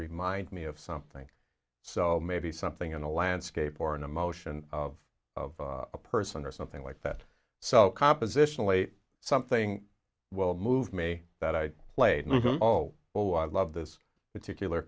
remind me of something so maybe something in the landscape or an emotion of a person or something like that so compositionally something will move me that i played oh oh i love this particular